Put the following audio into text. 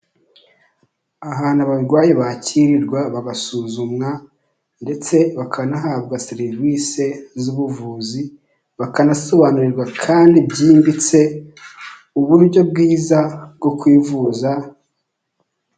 Ahantu abarwayi bakirirwa bagasuzumwa ndetse bakanahabwa serivise z'ubuvuzi, bakanasobanurirwa kandi byimbitse uburyo bwiza bwo kwivuza.